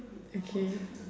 okay